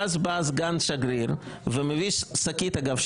ואז בא סגן השגריר והביא שקית אגב,